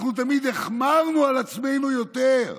אנחנו תמיד החמרנו על עצמנו יותר,